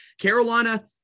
Carolina